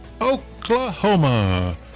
Oklahoma